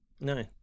no